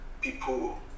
people